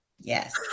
Yes